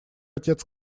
отец